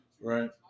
right